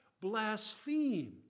Blasphemed